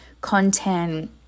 content